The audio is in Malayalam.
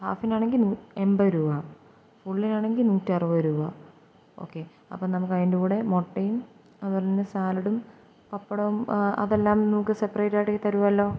ഹാഫിനാണെങ്കില് എൺപത് രൂപ ഫുള്ളിനാണെങ്കില് നൂറ്ററുപത് രൂപ ഓക്കേ അപ്പോള് നമുക്കതിൻ്റെ കൂടെ മുട്ടയും അതുപോലെന്നെ സാലഡും പപ്പടവും അതെല്ലാം നമുക്ക് സെപ്പറേറ്റായിട്ട് തരുമല്ലോ